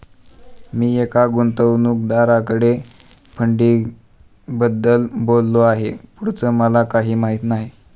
मी एका गुंतवणूकदाराकडे फंडिंगबद्दल बोललो आहे, पुढचं मला काही माहित नाही